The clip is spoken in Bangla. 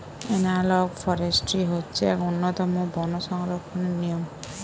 এনালগ ফরেষ্ট্রী হচ্ছে এক উন্নতম বন সংরক্ষণের নিয়ম